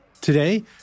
Today